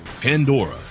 Pandora